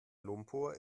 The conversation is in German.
lumpur